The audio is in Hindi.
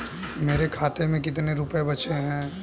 मेरे खाते में कितने रुपये बचे हैं?